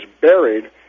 buried